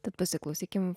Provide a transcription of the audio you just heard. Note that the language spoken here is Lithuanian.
tad pasiklausykim